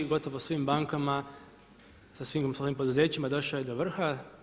Gotovo svim bankama sa svim ovim poduzećima došao je do vrha.